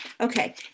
Okay